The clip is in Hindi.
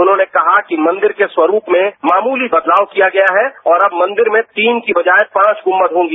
उन्होंने कहा कि मंदिर के स्वरूप में मामूली बदलाव किया गया है और अब मंदिर में तीन की बजाय पांच गुंबद होगी